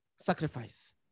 sacrifice